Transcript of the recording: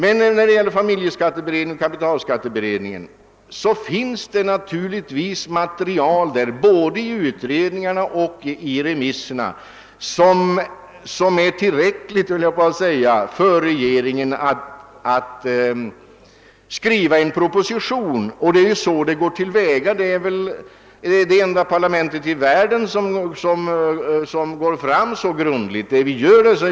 Men materialet från familjeskatteberedningen och kapitalskatteberedningen — det gäller både betänkanlena och remissyttrandena — är en ligt min mening tillräckligt för att regeringen skall grunda en proposition på det. Det är ju också så vi förfar här i landet. Den svenska riksdagen är väl det enda parlament i världen som går så grundligt till väga i dessa hänseenden.